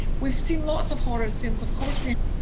we've seen lots of horrors since, of course we have,